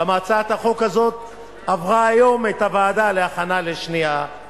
למה הצעת החוק הזאת עברה היום את הוועדה להכנה לשנייה-שלישית.